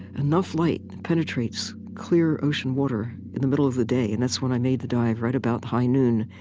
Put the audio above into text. enough light penetrates clear ocean water in the middle of the day and that's when i made the dive, right about high noon